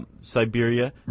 Siberia